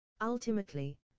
Ultimately